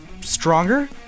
stronger